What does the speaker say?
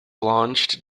launched